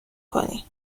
کنی